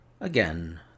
Again